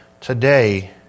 today